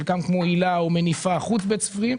חלקם כמו היל"ה או "מניפה" הם חוץ-בית ספריים.